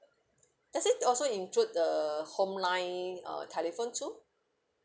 does it also include the home line uh telephone too